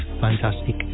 fantastic